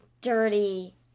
dirty